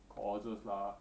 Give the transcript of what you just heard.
courses lah